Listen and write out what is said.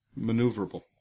maneuverable